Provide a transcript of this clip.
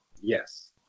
Yes